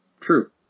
True